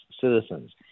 citizens